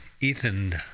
Ethan